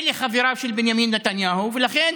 אלה חבריו של בנימין נתניהו ולכן